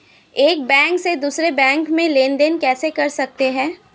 एक बैंक से दूसरे बैंक में लेनदेन कैसे कर सकते हैं?